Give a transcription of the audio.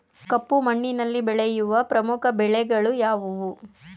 ಕಪ್ಪು ಮಣ್ಣಿನಲ್ಲಿ ಬೆಳೆಯುವ ಪ್ರಮುಖ ಬೆಳೆಗಳು ಯಾವುವು?